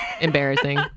embarrassing